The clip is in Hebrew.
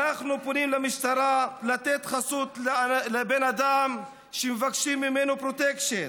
אנחנו פונים למשטרה: לתת חסות לבן אדם שמבקשים ממנו פרוטקשן.